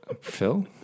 Phil